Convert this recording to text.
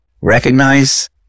recognize